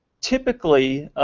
typically,